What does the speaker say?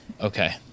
okay